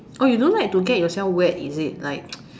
oh you don't like to get yourself wet is it like